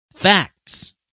Facts